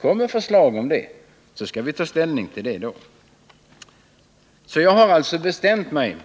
Kom med ett sådant förslag, så skall vi ta ställning till det. Jag har alltså bestämt mig,